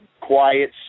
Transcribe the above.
quiet